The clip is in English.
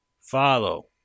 Follow